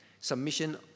submission